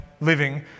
living